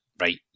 right